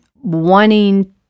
wanting